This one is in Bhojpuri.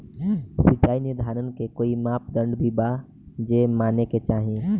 सिचाई निर्धारण के कोई मापदंड भी बा जे माने के चाही?